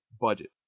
budget